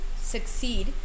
succeed